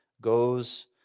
goes